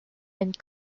and